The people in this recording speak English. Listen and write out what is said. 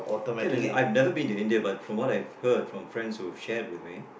okay then I've never been to India but from what I've heard from friends who've shared with me